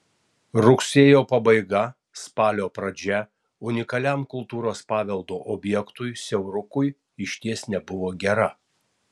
rugsėjo pabaiga spalio pradžia unikaliam kultūros paveldo objektui siaurukui išties nebuvo gera